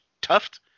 Tuft